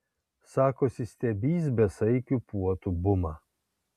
sakosi stebįs besaikių puotų bumą